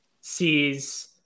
sees